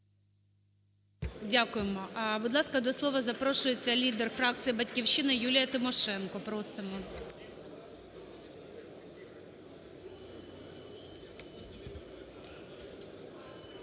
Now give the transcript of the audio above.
Дякуємо. Будь ласка, до слова запрошується лідер фракції "Батьківщина" Юлія Тимошенко. Просимо.